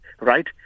right